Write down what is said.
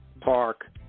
Park